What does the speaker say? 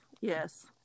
Yes